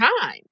time